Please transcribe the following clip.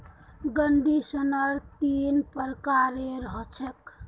conditioner तीन प्रकारेर ह छेक